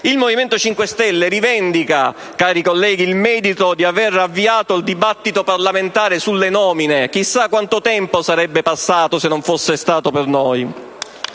il Movimento 5 Stelle rivendica il merito di aver avviato il dibattito parlamentare sulle nomine: chissà quanto tempo sarebbe passato, se non fosse stato per noi.